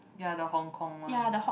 ya the Hong Kong one